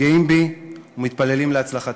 גאים בי ומתפללים להצלחתי,